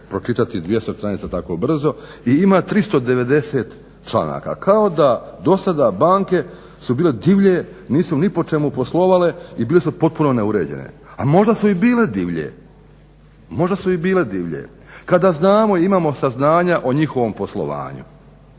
pročitati 200 stranica tako brzo i ima 390 članaka. Kao da dosada banke su bile divlje, nisu ni po čemu poslovale i bile su potpuno neuređene. A možda su i bile divlje, kada znamo i imamo saznanja o njihovom poslovanju.